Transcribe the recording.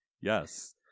Yes